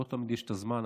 לא תמיד יש את הזמן.